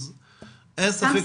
אז אין ספק שזו בעיה.